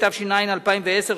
התש"ע 2010,